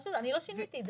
אני לא שיניתי את זה,